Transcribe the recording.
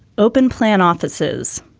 open plan offices.